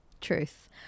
Truth